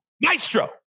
maestro